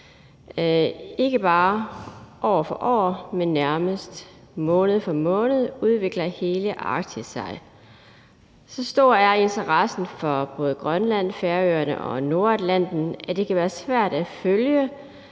Ikke bare år for år, men nærmest måned for måned udvikler hele Arktis sig. Så stor er interessen for både Grønland, Færøerne og Nordatlanten, at det kan være svært at følge